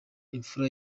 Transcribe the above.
imfura